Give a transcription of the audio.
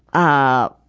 ah,